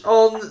on